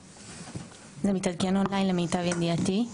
זה מתעדכן און ליין למיטב ידיעתי.